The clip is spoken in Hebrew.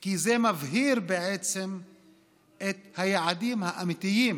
כי זה מבהיר בעצם את היעדים האמיתיים